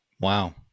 Wow